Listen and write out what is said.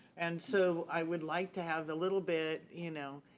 and so i would like to have the little bit. you know